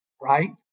right